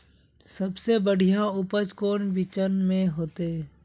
सबसे बढ़िया उपज कौन बिचन में होते?